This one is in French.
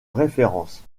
référence